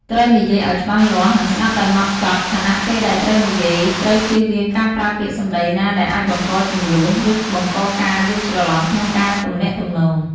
ត្រូវនិយាយអោយច្បាស់លាស់ និងស្តាប់ដោយម៉ត់ចត់ ខណៈពេលដែលត្រូវនិយាយត្រូវជៀសវាងការប្រើពាក្យសម្ដីណាដែលអាចបង្ករជម្លោះ ឬបង្កការយល់ច្រឡំក្នុងការទំនាក់ទំនង។